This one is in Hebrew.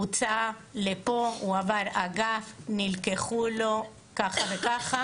הוצא לפה, הועבר אגף, נלקחו לו ככה וככה.